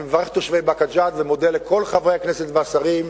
אני מברך את תושבי באקה ג'ת ומודה לכל חברי הכנסת והשרים.